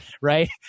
right